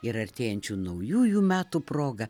ir artėjančių naujųjų metų proga